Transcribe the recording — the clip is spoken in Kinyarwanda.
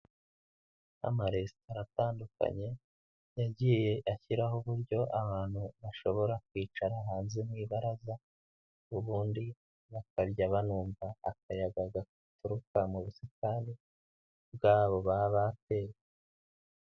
Amaresitora atandukanye yagiye ashyiraho uburyo abantu bashobora kwicara hanze mu ibaraza, ubundi bakarya banumva akayaga gaturuka mu busitani bwabo baba bateye.